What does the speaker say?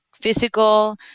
physical